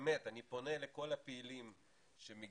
אנחנו גם מודיעים את זה עכשיו לקשישים,